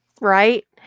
Right